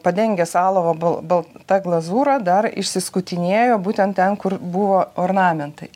padengęs alavo bal balta glazūra dar išsiskutinėjo būten ten kur buvo ornamentai